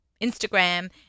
Instagram